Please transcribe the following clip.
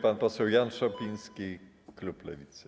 Pan poseł Jan Szopiński, klub Lewicy.